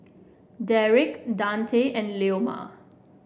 Derick Dante and Leoma